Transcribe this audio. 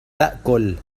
تأكل